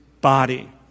body